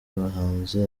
abahanzi